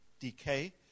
decay